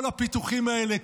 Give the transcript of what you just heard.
כל הפיתוחים האלה,